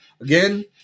Again